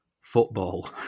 football